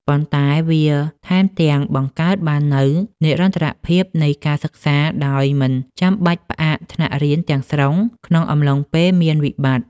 ប៉ុន្តែវាថែមទាំងបង្កើតបាននូវនិរន្តរភាពនៃការសិក្សាដោយមិនចាំបាច់ផ្អាកថ្នាក់រៀនទាំងស្រុងក្នុងអំឡុងពេលមានវិបត្តិ។